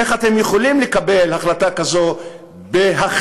איך אתם יכולים לקבל החלטה כזאת בהכנעה,